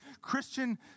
Christian